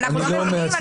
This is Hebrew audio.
אנחנו מבינים,